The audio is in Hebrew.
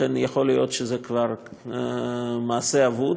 לכן, יכול להיות שזה כבר מעשה אבוד.